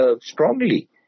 strongly